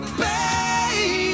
baby